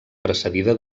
precedida